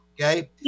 Okay